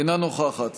אינה נוכחת